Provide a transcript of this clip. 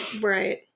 Right